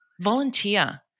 Volunteer